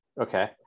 okay